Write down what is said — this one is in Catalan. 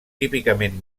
típicament